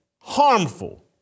harmful